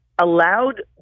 allowed